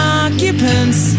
occupants